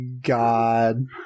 god